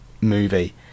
movie